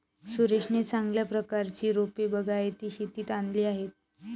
सुरेशने चांगल्या प्रतीची रोपे बागायती शेतीत आणली आहेत